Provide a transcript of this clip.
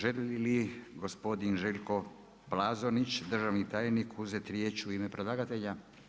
Želi li gospodin Željko Plazonić, državni tajnik, uzeti riječ u ime predlagatelja?